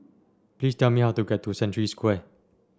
please tell me how to get to Century Square